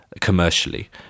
commercially